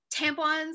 tampons